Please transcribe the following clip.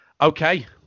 okay